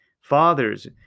fathers